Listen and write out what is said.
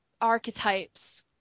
archetypes